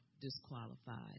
disqualified